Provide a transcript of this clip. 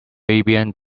fabian